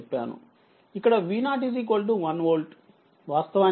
ఇక్కడ V0 1 volt వాస్తవానికి అవసరం లేదు